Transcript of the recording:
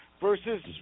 versus